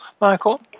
Michael